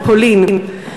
בפולין.